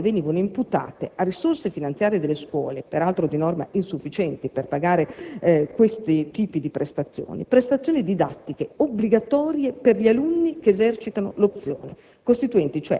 in base al quale venivano imputate a risorse finanziarie delle scuole, peraltro di norma insufficienti per pagare questo tipo di prestazioni, prestazioni didattiche obbligatorie per gli alunni che esercitano l'opzione,